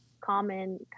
common